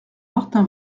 martin